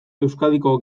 euskadiko